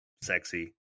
sexy